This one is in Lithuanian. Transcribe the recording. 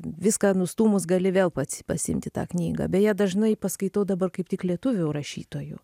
viską nustūmus gali vėl pats pasi pasiimti tą knygą beje dažnai paskaitau dabar kaip tik lietuvių rašytojų